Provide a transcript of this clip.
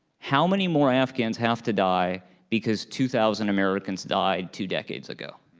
how many more afghans have to die because two thousand americans died two decades ago?